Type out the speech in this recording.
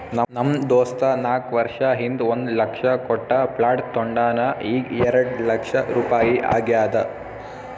ನಮ್ ದೋಸ್ತ ನಾಕ್ ವರ್ಷ ಹಿಂದ್ ಒಂದ್ ಲಕ್ಷ ಕೊಟ್ಟ ಪ್ಲಾಟ್ ತೊಂಡಾನ ಈಗ್ಎರೆಡ್ ಲಕ್ಷ ರುಪಾಯಿ ಆಗ್ಯಾದ್